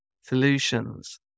solutions